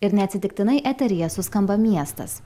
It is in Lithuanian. ir neatsitiktinai eteryje suskamba miestas